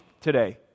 today